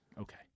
Okay